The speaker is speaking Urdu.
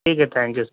ٹھیک ہے تھینک یو سر